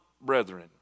brethren